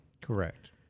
Correct